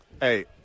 Hey